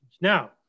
Now